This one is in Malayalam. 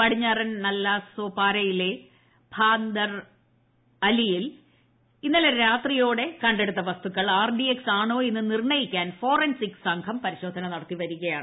പടിഞ്ഞാറൻ നല്ലസോപാരയിലെ ഭാന്ദർഅലിയിൽ ഇന്നലെ രാത്രിയോടെ കണ്ടെടുത്ത വസ്തുക്കൾ ആർ ഡി എക്സ് ആണോയെന്ന് നിർണയിക്കാൻ ഫോറൻസിക് സംഘം പരിശോധന നടത്തിവരികയാണ്